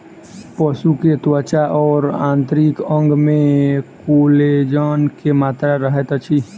पशु के त्वचा और आंतरिक अंग में कोलेजन के मात्रा रहैत अछि